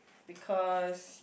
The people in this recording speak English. because